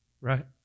Right